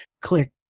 click